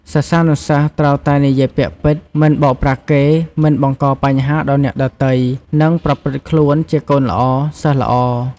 សិស្សានុសិស្សត្រូវតែនិយាយពាក្យពិត មិនបោកប្រាស់គេ មិនបង្កបញ្ហាដល់អ្នកដទៃ និងប្រព្រឹត្តខ្លួនជាកូនល្អ សិស្សល្អ។